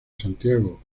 santiago